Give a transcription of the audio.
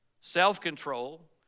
self-control